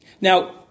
Now